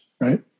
right